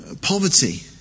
poverty